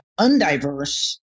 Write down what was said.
undiverse